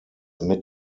mit